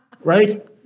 right